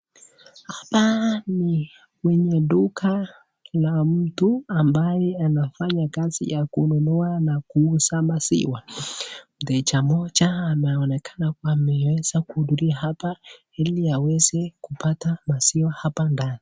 Hapa ni kwenye duka la mtu ambaye anafanya kazi ya kununua na kuuza maziwa. Mteja mmoja anaonekana ameweza kuhuduria hapa ili aweze kupata maziwa hapa ndani.